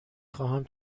خواهم